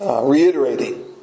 reiterating